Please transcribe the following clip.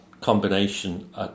combination